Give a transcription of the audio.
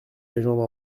légendes